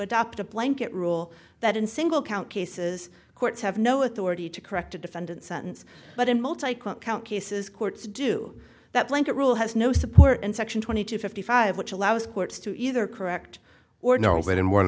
adopt a blanket rule that in single count cases courts have no authority to correct a defendant sentence but in multi client count cases courts do that blanket rule has no support in section twenty two fifty five which allows courts to either correct or knows that